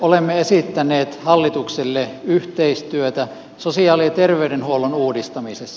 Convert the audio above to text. olemme esittäneet hallitukselle yhteistyötä sosiaali ja terveydenhuollon uudistamisessa